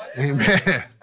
Amen